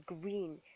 green